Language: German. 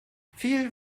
viel